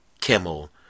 Kimmel